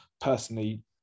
personally